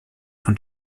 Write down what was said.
von